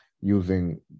using